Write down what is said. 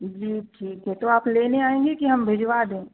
जी ठीक है तो आप लेने आएँगे कि हम भिजवा दें